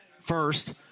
first